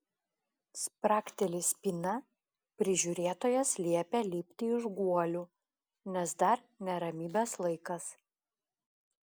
spragteli spyna prižiūrėtojas liepia lipti iš guolių nes dar ne ramybės laikas